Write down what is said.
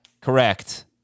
Correct